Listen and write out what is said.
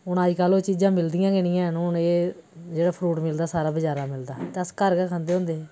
हून अजकल ओह् चीजां मिलदियां गै निं हैन हून एह् जेह्ड़ा एह फ्रूट मिलदा सारा बजारा दा मिलदा ते अस घर गै खंदे होंदे हे